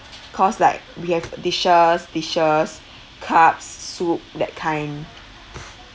cause like we have dishes dishes cups soup that kind